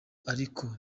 ariko